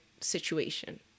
situation